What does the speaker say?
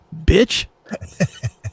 bitch